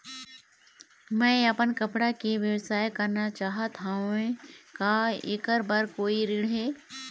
मैं अपन कपड़ा के व्यवसाय करना चाहत हावे का ऐकर बर कोई ऋण हे?